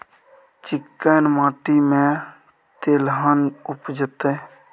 चिक्कैन माटी में तेलहन उपजतै?